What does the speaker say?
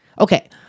Okay